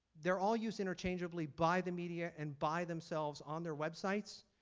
they're all used interchangeably by the media and by themselves on their websites,